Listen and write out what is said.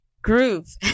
groove